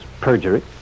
perjury